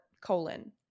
colon